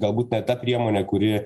galbūt ne ta priemonė kuri